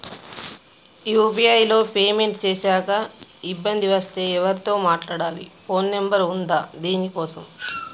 UPI లో payment చేశాక ఇబ్బంది వస్తే ఎవరితో మాట్లాడాలి? ఫోన్ నంబర్ ఉందా దీనికోసం?